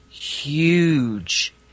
Huge